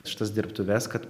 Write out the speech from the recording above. šitas dirbtuves kad